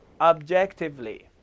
objectively